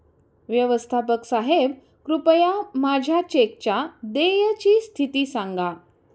व्यवस्थापक साहेब कृपया माझ्या चेकच्या देयची स्थिती सांगा